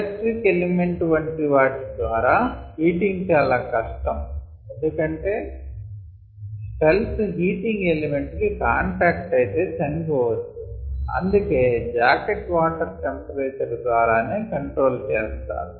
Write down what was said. electric element వంటి వాటి ద్వారా హీటింగ్ చాలా కష్టo ఎందుకంటే సెల్స్ హీటింగ్ ఎలిమెంట్ కి కాంటాక్ట్ అయితే చనిపోవచ్చు అందుకే జాకెట్ వాటర్ టెంపరేచర్ ద్వారా నే కంట్రోల్ చేస్తారు